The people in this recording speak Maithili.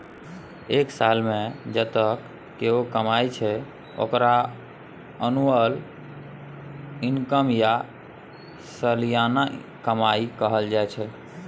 एक सालमे जतेक केओ कमाइ छै ओकरा एनुअल इनकम या सलियाना कमाई कहल जाइ छै